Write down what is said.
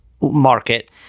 market